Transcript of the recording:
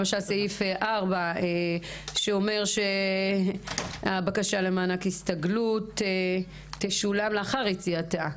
למשל סעיף 4 שאומר שהבקשה למענק הסתגלות תשולם לאחר יציאתה.